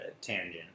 tangent